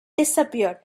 disappeared